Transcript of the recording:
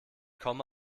komme